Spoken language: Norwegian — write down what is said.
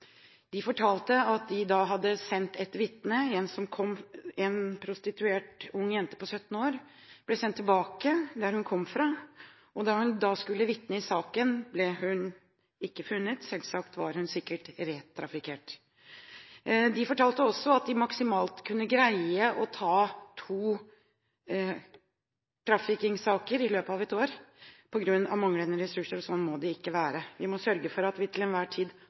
de som jobber med organisert menneskehandel der, fortalte at de hadde sendt et vitne, en prostituert ung jente på 17 år, tilbake dit hun kom fra. Da hun skulle vitne i saken, ble hun ikke funnet – hun var sikkert retraffickert. De fortalte også at de maksimalt kunne greie å ta to traffickingsaker i løpet av et år på grunn av manglende ressurser. Sånn må det ikke være. Vi må sørge for at vi til enhver tid